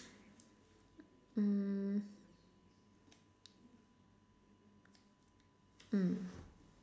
mm mm